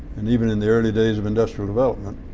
and even in the early days of industrial development,